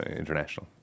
international